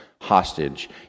hostage